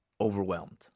overwhelmed